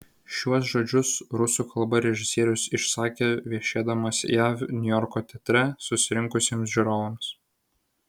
šiuos žodžius rusų kalba režisierius išsakė viešėdamas jav niujorko teatre susirinkusiems žiūrovams